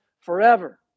forever